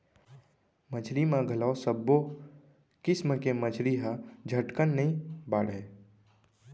मछरी म घलौ सब्बो किसम के मछरी ह झटकन नइ बाढ़य